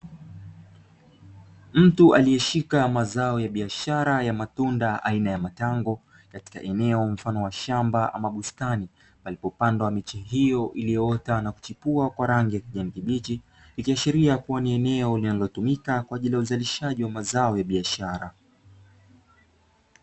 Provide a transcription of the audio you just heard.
Mtu aliyeshika mazao ya biashara ya matunda aina ya matango katika eneo mfano wa shamba ama bustani palipopandwa miche hiyo iliyoota na kuchipua kwa rangi ya kijani kibichi; ikiashiria kuwa ni eneo linalotumika kwa ajili ya uzalishaji wa mazao ya biashara.